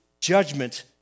Judgment